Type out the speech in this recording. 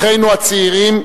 אחינו הצעירים,